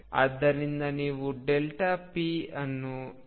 ಆದ್ದರಿಂದ ನೀವು p ಅನ್ನು ಎಂದು ನೋಡಬಹುದು